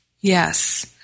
Yes